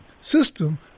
system